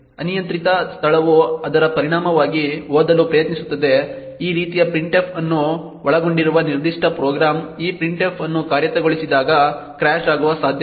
ಅನಿಯಂತ್ರಿತ ಸ್ಥಳವು ಅದರ ಪರಿಣಾಮವಾಗಿ ಓದಲು ಪ್ರಯತ್ನಿಸುತ್ತಿದೆ ಈ ರೀತಿಯ printf ಅನ್ನು ಒಳಗೊಂಡಿರುವ ನಿರ್ದಿಷ್ಟ ಪ್ರೋಗ್ರಾಂ ಈ printf ಅನ್ನು ಕಾರ್ಯಗತಗೊಳಿಸಿದಾಗ ಕ್ರ್ಯಾಶ್ ಆಗುವ ಸಾಧ್ಯತೆಯಿದೆ